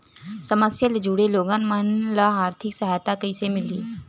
समस्या ले जुड़े लोगन मन ल आर्थिक सहायता कइसे मिलही?